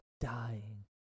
Dying